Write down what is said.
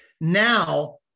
now